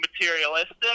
materialistic